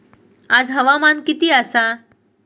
आज हवामान किती आसा?